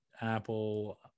Apple